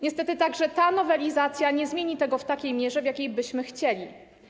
Niestety także ta nowelizacja nie zmieni tego w takiej mierze, w jakiej byśmy chcieli.